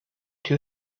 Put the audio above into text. too